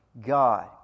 God